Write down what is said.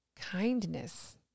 Kindness